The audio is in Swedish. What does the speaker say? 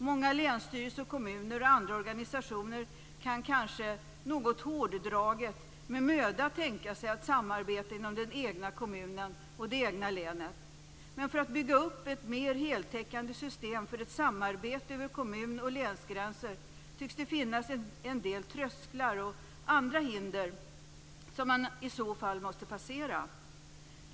Många länsstyrelser, kommuner och andra organisationer kan kanske, något hårddraget, med möda tänka sig att samarbeta inom den egna kommunen och det egna länet. Men för att bygga upp ett mer heltäckande system för ett samarbete över kommun och länsgränser tycks det finnas en del trösklar och andra hinder som man i så fall måste passera.